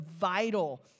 vital